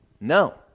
No